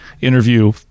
Interview